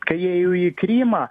kai įėjo į krymą